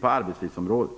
på arbetslivsområdet.